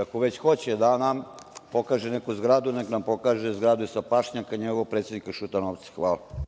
Ako već hoće da nam pokaže neku zgradu, neka nam pokaže zgradu sa pašnjakom njegovog predsednika Šutanovca. Hvala.